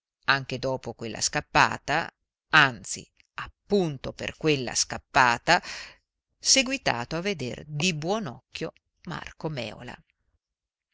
anche dopo quella scappata anzi appunto per quella scappata seguitato a veder di buon occhio marco mèola